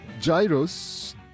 gyros